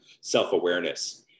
self-awareness